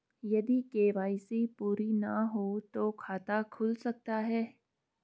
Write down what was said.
यदि के.वाई.सी पूरी ना हो तो खाता खुल सकता है?